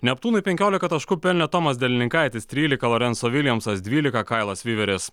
neptūnui penkiolika taškų pelnė tomas delininkaitis trylika lorenzo viljamsas dvylika kailas viveris